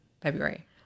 February